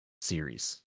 series